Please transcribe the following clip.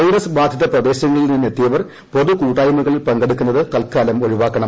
virus ബാധിത പ്രദേശങ്ങളിൽ നിന്ന് എത്തിയവർ പൊതുകൂട്ടായ്മകളിൽ പങ്കെടുക്കുന്നത് തൽക്കാലം ഒഴിവാക്കണം